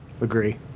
agree